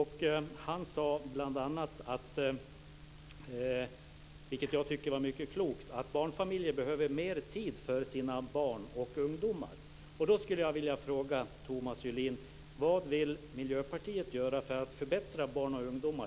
Han sade bl.a., vilket jag tycker var mycket klokt, att barnfamiljer behöver mer tid för sina barn och ungdomar.